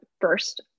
first